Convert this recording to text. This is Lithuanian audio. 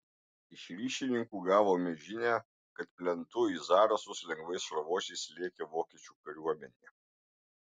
iš ryšininkų gavome žinią kad plentu į zarasus lengvais šarvuočiais lėkė vokiečių kariuomenė